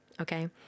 Okay